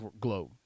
globe